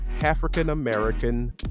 African-American